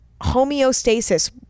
homeostasis